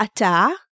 ata